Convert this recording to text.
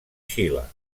xile